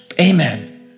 Amen